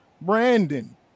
Brandon